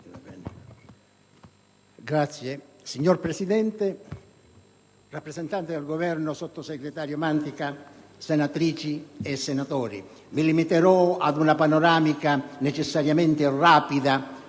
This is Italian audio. *(PD)*. Signor Presidente, rappresentante del Governo, sottosegretario Mantica, senatrici e senatori, mi limiterò ad una panoramica necessariamente rapida